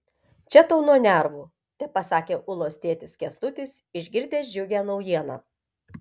čia tau nuo nervų tepasakė ulos tėtis kęstutis išgirdęs džiugią naujieną